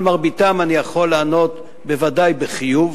על מרביתם אני יכול לענות בוודאי בחיוב,